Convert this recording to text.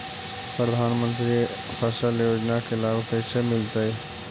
प्रधानमंत्री फसल योजना के लाभ कैसे मिलतै?